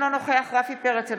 אינו נוכח רפי פרץ,